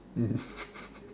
mm